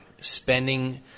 spending